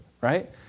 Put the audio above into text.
right